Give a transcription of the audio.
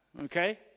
okay